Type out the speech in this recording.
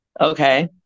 Okay